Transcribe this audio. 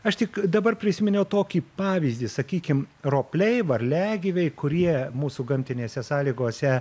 aš tik dabar prisiminiau tokį pavyzdį sakykim ropliai varliagyviai kurie mūsų gamtinėse sąlygose